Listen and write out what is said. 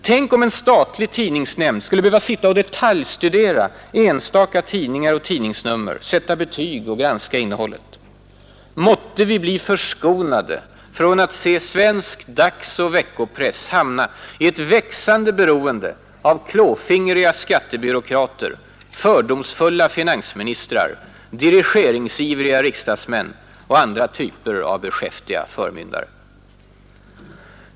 Tänk om en statlig tidningsnämnd skulle behöva sitta och detaljstudera enstaka tidningar och tidningsnummer, sätta betyg och granska innehållet! Måtte vi bli förskonade från att se svensk dagsoch veckopress hamna i ett växande beroende av klåfingriga skattebyråkrater, fördomsfulla finansministrar, dirigeringsivriga riksdagsmän och andra typer av beskäftiga förmyndare.